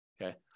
Okay